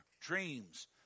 dreams